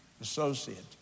associate